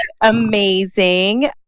amazing